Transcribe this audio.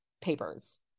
papers